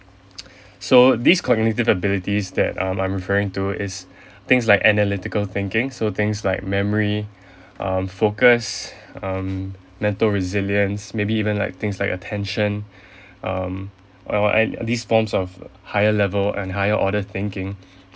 so these cognitive abilities that um I'm referring to is things like analytical thinking so things like memory um focus um mental resilience maybe even like things like attention um uh and these forms of higher level and higher order thinking